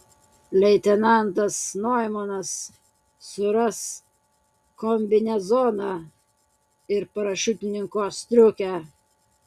leitenantas noimanas suras kombinezoną ir parašiutininko striukę